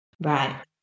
Right